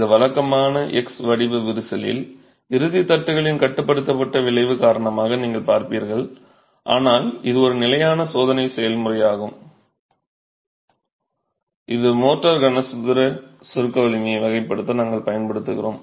இந்த வழக்கமான x வடிவ விரிசலில் இறுதித் தட்டுகளின் கட்டுப்படுத்தப்பட்ட விளைவு காரணமாக நீங்கள் பார்ப்பீர்கள் ஆனால் இது ஒரு நிலையான சோதனை செயல்முறையாகும் இது மோர்டார் கனசதுர சுருக்க வலிமையை வகைப்படுத்த நாங்கள் பயன்படுத்துகிறோம்